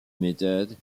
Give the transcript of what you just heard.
méthodes